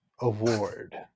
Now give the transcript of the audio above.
award